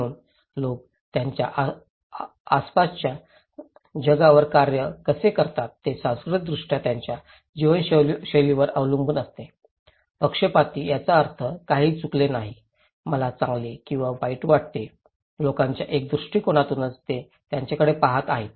म्हणून लोक त्यांच्या आसपासच्या जगावर कार्य कसे करतात हे सांस्कृतिकदृष्ट्या त्यांच्या जीवनशैलीवर अवलंबून असते पक्षपाती याचा अर्थ काहीही चुकीचे नाही मला चांगले किंवा वाईट वाटते लोकांच्या एका दृष्टीकोनातूनच ते त्याकडे पाहत आहेत